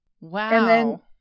Wow